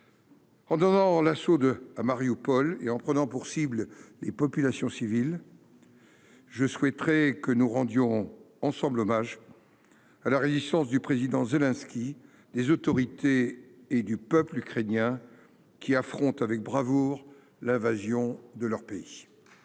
en donnant l'assaut à Marioupol et en prenant pour cibles les populations civiles, je souhaiterais que nous rendions, ensemble, hommage à la résistance du président Zelensky, des autorités et du peuple ukrainiens, qui affrontent avec bravoure l'invasion de leur pays.